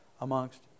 amongst